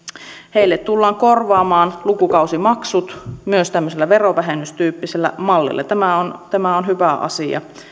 heille tullaan korvaamaan lukukausimaksut myös tämmöisellä verovähennystyyppisellä mallilla tämä on tämä on hyvä asia